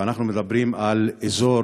ואנחנו מדברים על אזור